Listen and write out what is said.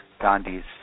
Gandhi's